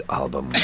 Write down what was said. album